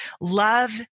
love